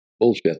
Bullshit